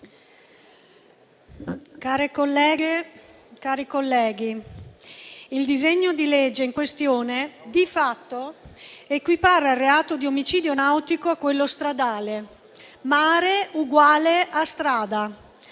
il disegno di legge in esame di fatto equipara il reato di omicidio nautico a quello stradale: mare uguale a strada.